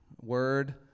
word